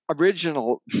Original